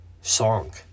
song